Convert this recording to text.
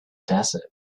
desert